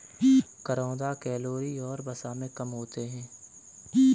करौंदा कैलोरी और वसा में कम होते हैं